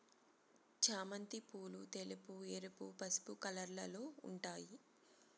చామంతి పూలు తెలుపు, ఎరుపు, పసుపు కలర్లలో ఉంటాయి